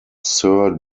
sir